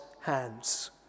hands